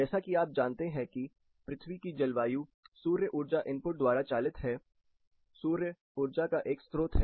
जैसा कि आप जानते हैं कि पृथ्वी की जलवायु सूर्य ऊर्जा इनपुट द्वारा चालित है सूर्य ऊर्जा का एक स्रोत है